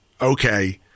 okay